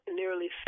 nearly